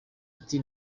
ati